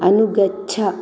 अनुगच्छ